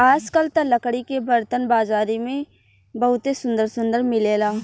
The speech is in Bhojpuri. आजकल त लकड़ी के बरतन बाजारी में बहुते सुंदर सुंदर मिलेला